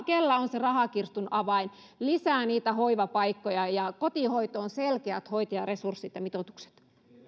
kenellä on se rahakirstun avain lisää niitä hoivapaikkoja ja kotihoitoon selkeät hoitajaresurssit ja mitoitukset